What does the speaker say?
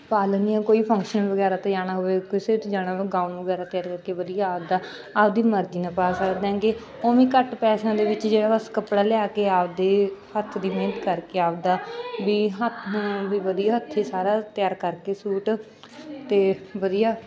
ਪਾ ਲੈਂਦੀ ਹਾਂ ਕੋਈ ਫੰਕਸ਼ਨ ਵਗੈਰਾ 'ਤੇ ਜਾਣਾ ਹੋਵੇ ਕਿਸੇ 'ਚ ਜਾਣਾ ਹੋਵੇ ਗਾਊਨ ਵਗੈਰਾ ਤਿਆਰ ਕਰਕੇ ਵਧੀਆ ਆਪਦਾ ਆਪਦੀ ਮਰਜ਼ੀ ਨਾਲ ਪਾ ਸਕਦੇ ਹੈਗੇ ਉਵੇਂ ਘੱਟ ਪੈਸਿਆਂ ਦੇ ਵਿੱਚ ਜਿਹੜਾ ਬਸ ਕੱਪੜਾ ਲਿਆ ਕੇ ਆਪਦੇ ਹੱਥ ਦੀ ਮਿਹਨਤ ਕਰਕੇ ਆਪਦਾ ਵੀ ਹੱਥ ਵੀ ਵਧੀਆ ਹੱਥੀਂ ਸਾਰਾ ਤਿਆਰ ਕਰਕੇ ਸੂਟ ਅਤੇ ਵਧੀਆ